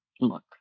look